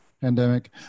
pandemic